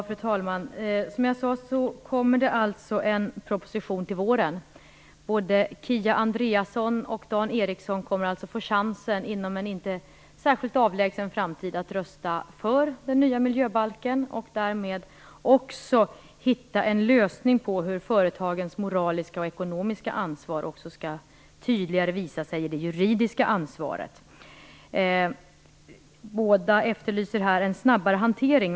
Fru talman! Som ja sade kommer det alltså en proposition till våren. Både Kia Andreasson och Dan Ericsson kommer att få chansen inom en inte särskilt avlägsen framtid att rösta för den nya miljöbalken och därmed också hitta en lösning på hur företagens moraliska och ekonomiska ansvar tydligare skall visa sig i det juridiska ansvaret. Båda efterlyser här en snabbare hantering.